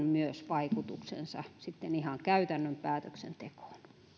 myös vaikutuksensa sitten ihan käytännön päätöksentekoon